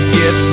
get